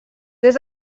des